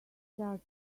start